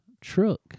truck